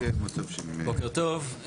בוקר טוב,